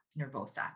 nervosa